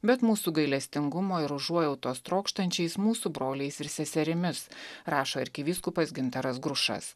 bet mūsų gailestingumo ir užuojautos trokštančiais mūsų broliais ir seserimis rašo arkivyskupas gintaras grušas